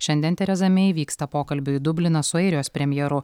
šiandien tereza mei vyksta pokalbiui į dubliną su airijos premjeru